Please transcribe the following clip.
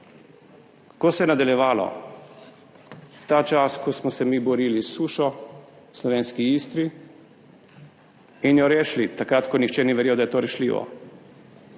To se je nadaljevalo ta čas, ko smo se mi borili s sušo v slovenski Istri in jo rešili, takrat, ko nihče ni verjel, da je to rešljivo.